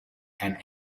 and